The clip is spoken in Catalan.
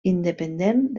independent